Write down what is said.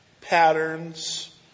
patterns